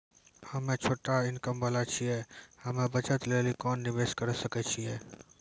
हम्मय छोटा इनकम वाला छियै, हम्मय बचत लेली कोंन निवेश करें सकय छियै?